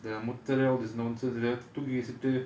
the முத்திர:muthira is தூக்கி வீசிட்டு:thooki veesittu